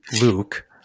Luke